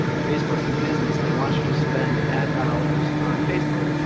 facebook's a business. they want you to spend ad dollars on facebook.